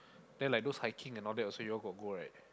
then like those hiking and all that also yall got go right